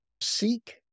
Seek